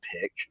pick